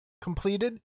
completed